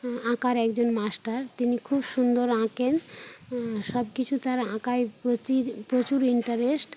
আঁকার একজন মাস্টার তিনি খুব সুন্দর আঁকেন সব কিছুই তার আঁকার প্রতি প্রচুর ইন্টারেস্ট